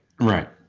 Right